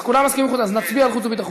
אז כולם מסכימים על חוץ וביטחון.